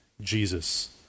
Jesus